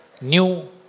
new